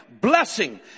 blessing